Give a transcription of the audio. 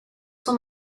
son